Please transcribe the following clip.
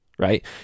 right